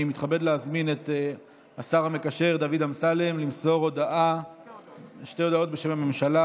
אני מתכבד להזמין את השר המקשר דוד אמסלם למסור שתי הודעות בשם הממשלה,